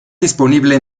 disponible